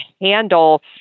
handle